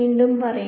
വീണ്ടും പറയൂ